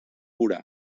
vorà